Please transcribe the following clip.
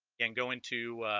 and go into